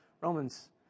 Romans